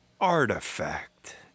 artifact